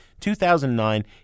...2009